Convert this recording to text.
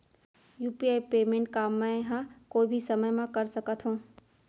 UPI payment का मैं ह कोई भी समय म कर सकत हो?